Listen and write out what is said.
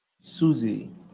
Susie